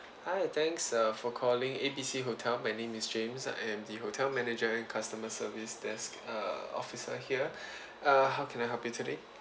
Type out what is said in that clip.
hi thanks err for calling A B C hotel my name is james I'm the hotel manager customer service desk err officer here uh how can I help you today